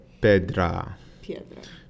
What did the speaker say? pedra